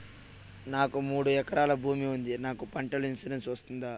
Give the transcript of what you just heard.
నాకు మూడు ఎకరాలు భూమి ఉంది నాకు పంటల ఇన్సూరెన్సు వస్తుందా?